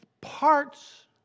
parts